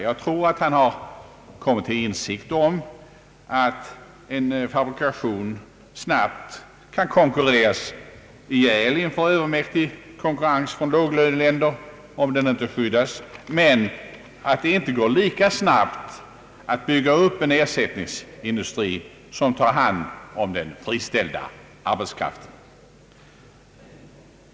Jag tror att han har kommit till insikt om att en fabrikation om den inte skyddas snabbt kan dödas genom övermäktig konkurrens från låglöneländer, men att det inte går lika snabbt att bygga upp en ersättningsindustri, som tar hand om den friställda arbetskraften.